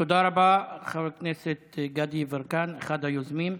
תודה רבה, חבר הכנסת גדי יברקן, אחד היוזמים.